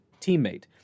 teammate